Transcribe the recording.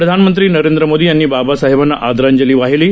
प्रधानमंत्री नरेंद्र मोदी यांनी बाबसाहेबांना आदरांजली वाहिली आहे